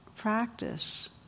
practice